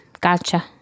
Gotcha